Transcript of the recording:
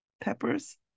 Peppers